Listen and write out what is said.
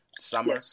summer